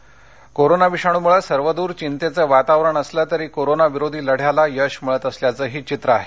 corona कीट corona विषाणूमुळे सर्वद्र चिंतेचं वातावरण असलं तरी कोरोना विरोधी लढ्याला यश मिळत असल्याचंही दिसतं आहे